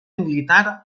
militar